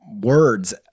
words